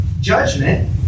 judgment